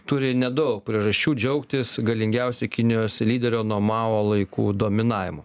turi nedaug priežasčių džiaugtis galingiausio kinijos lyderio nuo mao laikų dominavimu